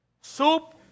soup